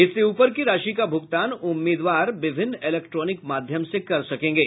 इससे ऊपर की राशि का भूगतान उम्मीदवार विभिन्न इलेक्ट्रानिक माध्यम से कर सकेंगे